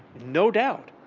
no doubt.